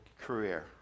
career